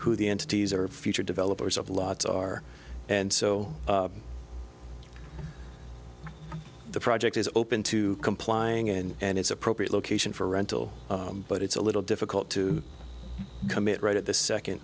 who the entities are future developers of lots are and so the project is open to complying and it's appropriate location for rental but it's a little difficult to commit right at this second